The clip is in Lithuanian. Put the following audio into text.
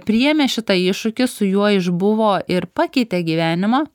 priėmė šitą iššūkį su juo išbuvo ir pakeitė gyvenimą